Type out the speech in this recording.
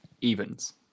evens